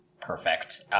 perfect